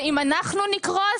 ואם אנחנו נקרוס,